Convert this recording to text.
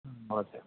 अवश्यम्